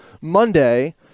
Monday